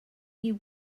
you